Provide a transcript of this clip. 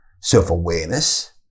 self-awareness